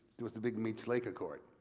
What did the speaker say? there was the big meech lake accord.